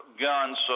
guns